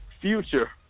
Future